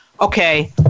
okay